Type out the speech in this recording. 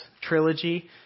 trilogy